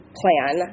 plan